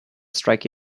strike